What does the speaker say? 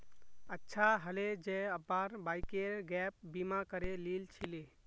अच्छा हले जे अब्बार बाइकेर गैप बीमा करे लिल छिले